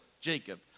Jacob